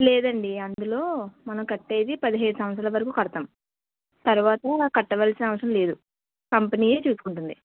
లేదండి అందులో మనం కట్టేది పదిహైదు సంవత్సరాల వరకు కడతాం తర్వాత కట్టవలసిన అవసరం లేదు కంపెనీయే చూసుకుంటుంది